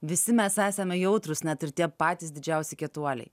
visi mes esame jautrūs net ir tie patys didžiausi kietuoliai